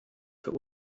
für